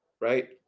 right